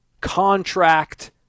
contract